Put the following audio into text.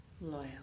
loyal